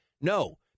No